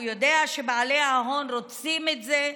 הוא יודע שבעלי ההון רוצים את זה,